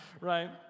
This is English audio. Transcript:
right